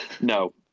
No